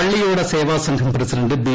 Palliyoda Seva Sangham president B